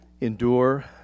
endure